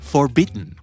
Forbidden